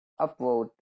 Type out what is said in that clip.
upvote